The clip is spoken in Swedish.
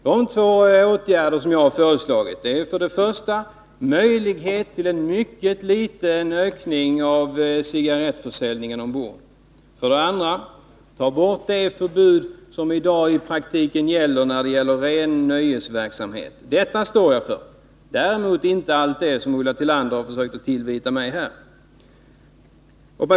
De två åtgärder som jag har föreslagit är för det första en möjlighet till en mindre ökning av cigarettförsäljningen ombord och för det andra borttagande av det förbud som i dag i praktiken gäller för ren nöjesverksamhet. Dessa två åtgärder står jag för, däremot inte allt det som Ulla Tillander har försökt tillvita mig här.